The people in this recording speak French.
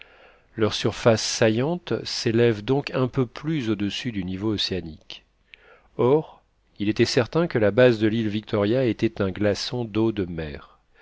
leur surface saillante s'élève donc un peu plus au-dessus du niveau océanique or il était certain que la base de l'île victoria était un glaçon d'eau de mer